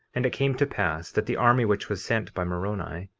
and it came to pass that the army which was sent by moroni,